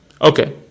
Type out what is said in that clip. Okay